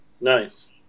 nice